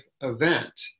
event